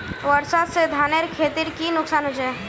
वर्षा से धानेर खेतीर की नुकसान होचे?